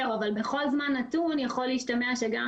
אבל בכל זמן נתון יכול להשתמע שגם